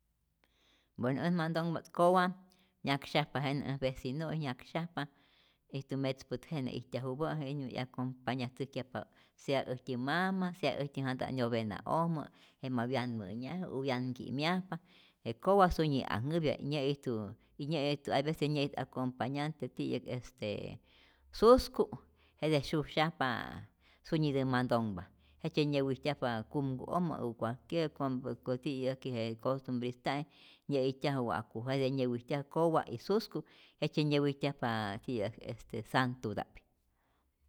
Bueno äj mantonhpa't kowa nyaksyajpa jenä' äj becinu', nyaksyajpa ijtu metzpät jenä ijtyajupä', jetij 'yakompanya'tzäjkyajpa sea äjtyä mama sea äjtyä janta' nyovena'ojmä, jenä ma wyanmä'nyaje o wyanki'myajpa, je kowa sunyi ajnhäpya y nyä'ijtu hay vece nyä'ijtu acompañante ti'yäk este susku, jete syusyajp sunyitä mantonhpa, jejtzye nyäwijtyajpa kumku'ojmä u cualquier kombä ka ti'yäjki costumbrista'i nyä'ijtyaju wa'ku jete nyäwijtyaju kowa y susku jejtzye nyäwijtyajpa ti'yäk este santuta'p.